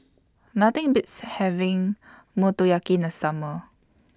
Nothing Beats having Motoyaki in The Summer